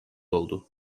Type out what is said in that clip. oldu